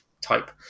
type